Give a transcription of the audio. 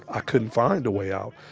i couldn't find a way out.